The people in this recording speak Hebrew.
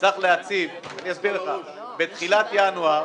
בתחילת ינואר,